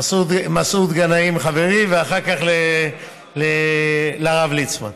למסעוד גנאים, חברי, ואחר כך לרב ליצמן.